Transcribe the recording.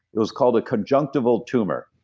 it was called a conjunctival tumor.